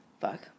fuck